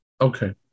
Okay